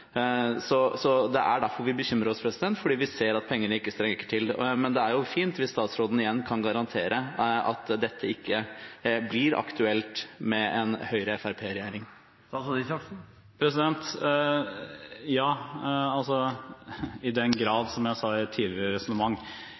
Det er derfor vi bekymrer oss. Vi ser at pengene ikke strekker til. Men det er fint hvis statsråden igjen kan garantere at dette ikke blir aktuelt med en Høyre–Fremskrittsparti-regjering. Ja, i den grad, som jeg sa i et tidligere resonnement.